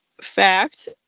fact